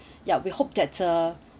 ya we hope that uh